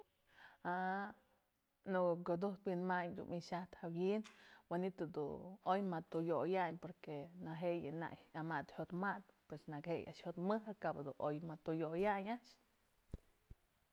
në ko'o kyudujtë wi'inmantyë dun myxajtëp jawi'in, manytë dun oy mëd tuyoyanyë porque nëje'e yënak yamat jiotmadë pues neje'e a'ax a'ax jyotmëjë kabë dun oy mët tuyoyanyë a'ax.